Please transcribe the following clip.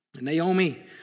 Naomi